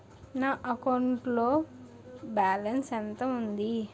నా అకౌంట్ లో బాలన్స్ ఎంత ఉంది?